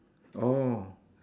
oh